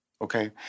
Okay